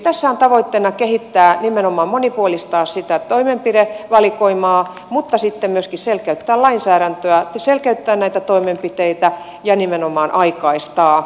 tässä on tavoitteena kehittää nimenomaan monipuolistaa sitä toimenpidevalikoimaa mutta sitten myöskin selkeyttää lainsäädäntöä ja selkeyttää näitä toimenpiteitä ja nimenomaan aikaistaa niitä